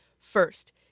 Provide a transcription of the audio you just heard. First